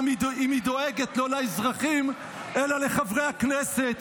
גם היא דואגת לא לאזרחים אלא לחברי הכנסת.